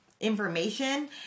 information